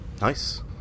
Nice